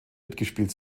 mitgespielt